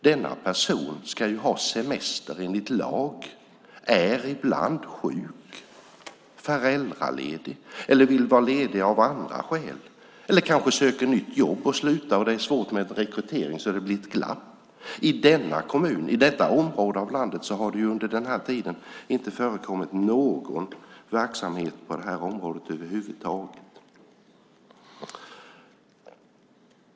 Denna person ska ju ha semester enligt lag. Personen är ibland sjuk, föräldraledig eller vill vara ledig av andra skäl. Personen kanske söker nytt jobb och slutar, och det är svårt med rekrytering, så det blir ett glapp. I denna kommun, i detta område i landet, har det under den här tiden inte förekommit någon verksamhet på det här området över huvud taget.